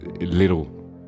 little